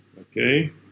okay